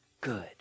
good